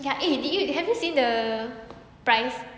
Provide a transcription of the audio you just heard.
ya eh did you have you seen the prize